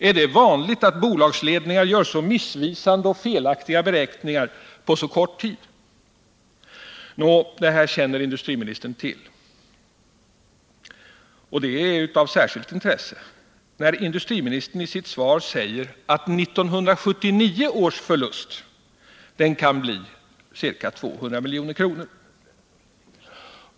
Är det vanligt att bolagsledningar gör så missvisande och felaktiga beräkningar för så kort tid? Nå, det här känner industriministern till, vilket är av särskilt intresse med tanke på att industriministern i sitt svar anger att 1979 års förlust kommer att bli ca 200 milj.kr.